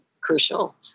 crucial